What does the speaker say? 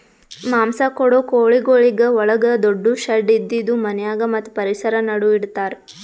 ಮಾಂಸ ಕೊಡೋ ಕೋಳಿಗೊಳಿಗ್ ಒಳಗ ದೊಡ್ಡು ಶೆಡ್ ಇದ್ದಿದು ಮನ್ಯಾಗ ಮತ್ತ್ ಪರಿಸರ ನಡು ಇಡತಾರ್